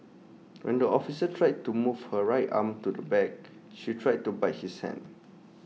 when the officer tried to move her right arm to the back she tried to bite his hand